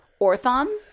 Orthon